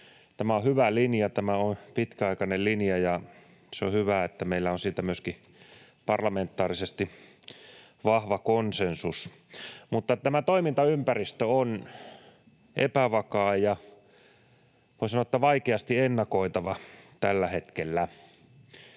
Tämä on hyvä linja, tämä on pitkäaikainen linja, ja se on hyvä, että meillä on siitä myöskin parlamentaarisesti vahva konsensus, mutta tämä toimintaympäristö on epävakaa ja, voi sanoa, vaikeasti ennakoitava tällä hetkellä.